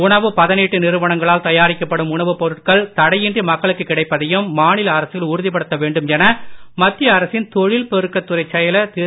உணவுப் பதனீட்டு நிறுவனங்களால் தயாரிக்கப்படும் உணவுப் பொருட்கள் தடையின்றி மக்களுக்கு கிடைப்பதையும் மாநில அரசுகள் உறுதிப்படுத்த வேண்டும் என மத்திய அரசின் தொழில் பெருக்கத் துறைச் செயலர் திரு